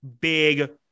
big